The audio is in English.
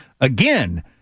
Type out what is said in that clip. Again